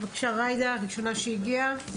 בבקשה, ג'ידא, ראשונה שהגיעה.